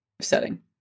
setting